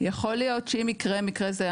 יכול להיות שאם יקרה מקרה זה,